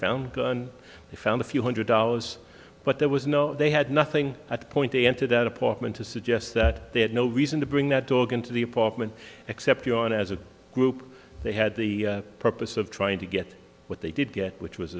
found gun found a few hundred dollars but there was no they had nothing at point a into that apartment to suggest that they had no reason to bring that dog into the apartment except you and as a group they had the purpose of trying to get what they did get which was